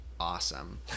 Awesome